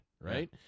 right